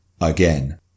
Again